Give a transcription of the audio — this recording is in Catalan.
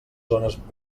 zones